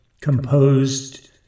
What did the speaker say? composed